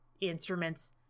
instruments